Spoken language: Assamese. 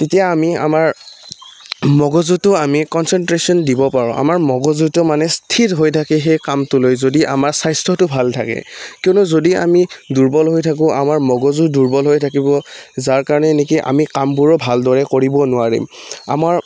তেতিয়া আমি আমাৰ মগজুতটো আমি কনচেনট্ৰে্যন দিব পাৰোঁ আমাৰ মগজুটো মানে স্থিৰ হৈ থাকে সেই কামটোলৈ যদি আমাৰ স্বাস্থ্যটো ভাল থাকে কিয়নো যদি আমি দুৰ্বল হৈ থাকোঁ আমাৰ মগজু দুৰ্বল হৈ থাকিব যাৰ কাৰণে নেকি আমি কামবোৰো ভালদৰে কৰিব নোৱাৰিম আমাৰ